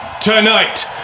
Tonight